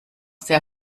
sehr